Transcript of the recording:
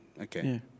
Okay